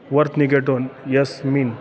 worth निगेटोन यसमिन